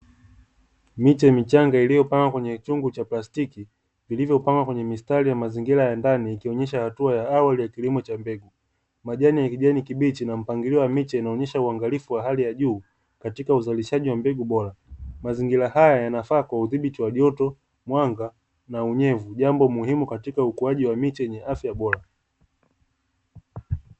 Miche michanga iliyopangwa kwenye chungu cha plastiki vilivyopandwa kwenye mistari ya mazingira ya ndani ikionyesha hatua ya awali kilimo cha mbegu. Majani ya kijani kibichi na mpangilio wa miche inaonyesha uangalifu wa hali ya juu katika uzalishaji wa mbegu bora. Mazingira haya yanafaa kwa udhibiti wa joto, mwanga na unyevu; jambo muhimu katika ukuaji wa miche yenye afya bora.